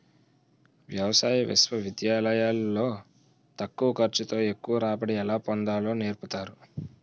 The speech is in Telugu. వ్యవసాయ విశ్వవిద్యాలయాలు లో తక్కువ ఖర్చు తో ఎక్కువ రాబడి ఎలా పొందాలో నేర్పుతారు